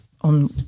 on